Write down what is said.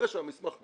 אחרי שהמסמך גובש,